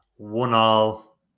One-all